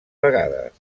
vegades